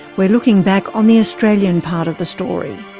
we're looking back on the australian part of the story.